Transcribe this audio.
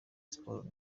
sports